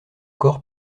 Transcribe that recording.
corps